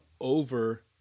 over